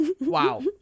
Wow